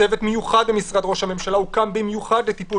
צוות מיוחד במשרד ראש הממשלה הוקם במיוחד לטיפול